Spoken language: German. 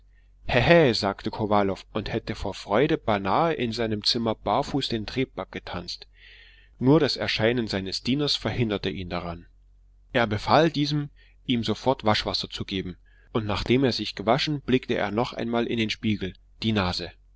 nase hähä sagte kowalow und hätte vor freude beinahe in seinem zimmer barfuß den trepak getanzt nur das erscheinen seines dieners verhinderte ihn daran er befahl diesem ihm sofort waschwasser zu geben und nachdem er sich gewaschen blickte er noch einmal in den spiegel die nase